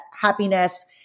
happiness